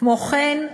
כמו כן,